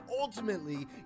ultimately